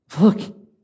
look